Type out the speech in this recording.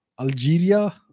Algeria